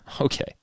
Okay